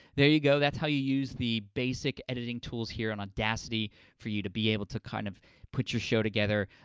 there you go, that's how you use the basic editing tools here on audacity for you to be able to kind of put your show together.